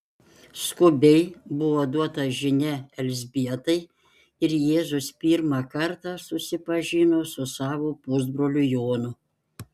skubiai buvo duota žinia elzbietai ir jėzus pirmą kartą susipažino su savo pusbroliu jonu